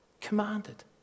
Commanded